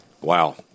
Wow